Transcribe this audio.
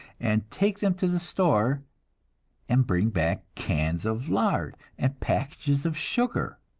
and take them to the store and bring back cans of lard and packages of sugar.